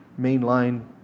mainline